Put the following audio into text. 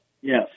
Yes